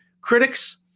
critics